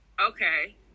Okay